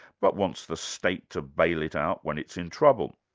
but wants the state to bail it out when it's in trouble.